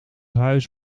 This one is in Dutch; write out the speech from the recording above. huis